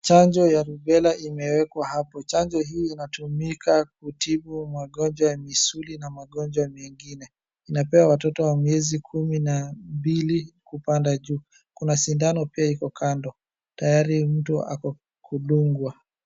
Chanjo ya rubella imewekwa hapo. Chanjo hii inatumika kutibu magonjwa ya misuli na magonjwa mengine. Inapewa watoto wa miezi kumi na mbili kupanda juu. Kuna sindano pia iko kando. Tayari mtu ako kudungwa.